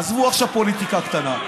עזבו עכשיו פוליטיקה קטנה.